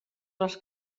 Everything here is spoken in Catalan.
les